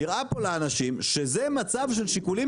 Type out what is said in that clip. נראה פה לאנשים שזה מצב של שיקולים